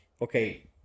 okay